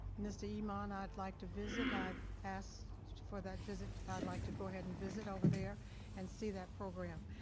mr. yeah imon i'd like to visit i've asked for that visit. i'd like to go ahead and visit over there and see that program.